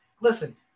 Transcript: listen